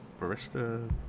Barista